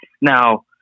Now